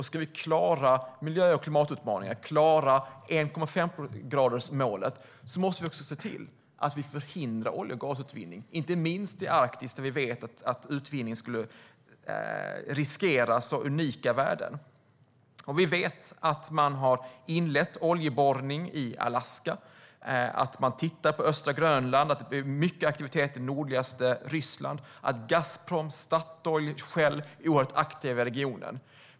Ska vi klara miljö och klimatutmaningen och 1,5-gradersmålet måste vi se till att vi förhindrar olje och gasutvinning, inte minst i Arktis där vi vet att utvinning skulle riskera så unika värden. Vi vet att man har inlett oljeborrning i Alaska, att man tittar på östra Grönland och att det är mycket aktivitet i nordligaste Ryssland. Gazprom, Statoil och Shell är oerhört aktiva i regionen.